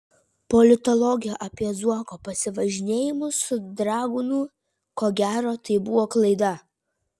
politologė apie zuoko pasivažinėjimus su dragūnu ko gero tai buvo klaida